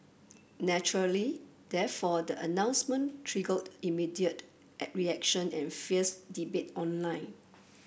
naturally therefore the announcement triggered immediate at reaction and fierce debate online